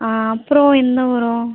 அப்புறம் என்ன உரோம்